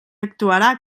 actuarà